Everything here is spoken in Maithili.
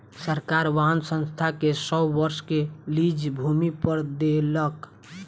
सरकार वाहन संस्थान के सौ वर्ष के लीज भूमि पर देलक